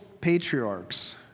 patriarchs